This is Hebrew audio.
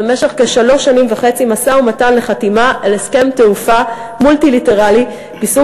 במשך כשלוש שנים וחצי משא-ומתן לחתימה על הסכם תעופה מולטילטרלי מסוג